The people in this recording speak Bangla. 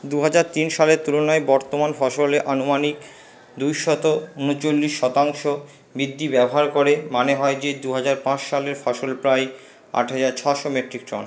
দু হাজার তিন সালের তুলনায় বর্তমান ফসলের আনুমানিক দুই শত ঊনচল্লিশ শতাংশ বৃদ্ধি ব্যবহার করে মানে হয় যে দু হাজার পাঁচ সালের ফসল প্রায় আট হাজার ছশো মেট্রিক টন